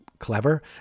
Clever